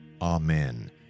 Amen